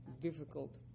difficult